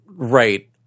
Right